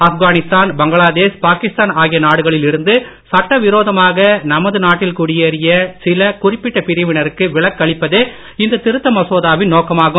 ஆப்கானிஸ்தான் பங்களாதேஷ் பாகிஸ்தான் ஆகிய நாடுகளில் இருந்து சட்ட விரோதமாக நமது நாட்டில் குடியேறிய சில குறிப்பிட்ட பிரிவினருக்கு விலக்களிப்பதே இந்த திருத்த மசோதாவின் நோக்கமாகும்